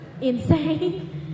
insane